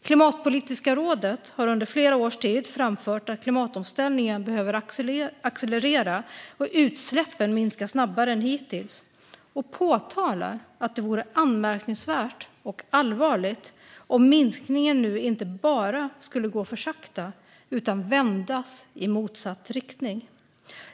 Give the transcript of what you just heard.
Klimatpolitiska rådet har under flera års tid framfört att klimatomställningen behöver accelerera och utsläppen minska snabbare än hittills och påtalar att det vore anmärkningsvärt och allvarligt om minskningen nu inte bara skulle gå för sakta utan vändas i motsatt riktning.